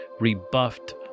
Rebuffed